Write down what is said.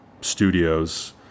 studios